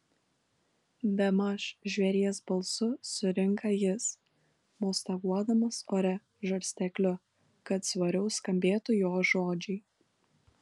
bemaž žvėries balsu surinka jis mostaguodamas ore žarstekliu kad svariau skambėtų jo žodžiai